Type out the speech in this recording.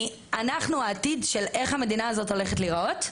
אנחנו העתיד של איך המדינה הזאת הולכת להיראות,